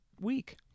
week